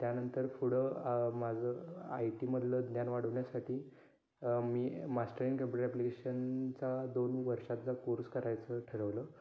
त्यानंतर पुढं अ माझं आयटीमधलं ज्ञान वाढवण्यासाठी मी मास्टर इन कम्प्युटर ॲप्लिकेशनचा दोन वर्षाचा कोर्स करायचं ठरवलं